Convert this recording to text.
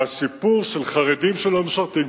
והסיפור של חרדים שלא משרתים,